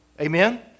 Amen